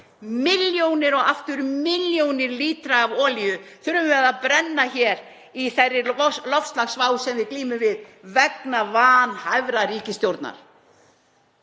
Milljónum og aftur milljónum lítra af olíu þurfum við að brenna hér í þeirri loftslagsvá sem við glímum við vegna vanhæfrar ríkisstjórnar,